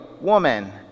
woman